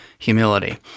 humility